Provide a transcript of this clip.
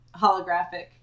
holographic